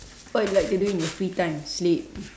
what you like to do in your free time sleep